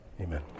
Amen